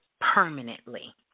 permanently